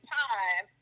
time